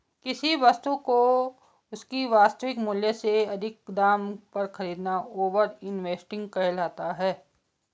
किसी वस्तु को उसके वास्तविक मूल्य से अधिक दाम पर खरीदना ओवर इन्वेस्टिंग कहलाता है